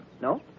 No